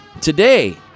Today